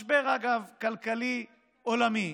אגב, משבר כלכלי עולמי,